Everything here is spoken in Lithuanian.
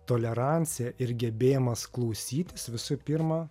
tolerancija ir gebėjimas klausytis visų pirma